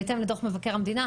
בהתאם לדוח מבקר המדינה,